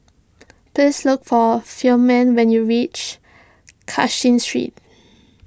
please look for Ferman when you reach Cashin Street